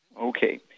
Okay